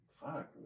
Fuck